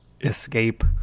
escape